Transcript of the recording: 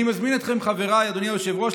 אדוני היושב-ראש,